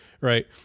right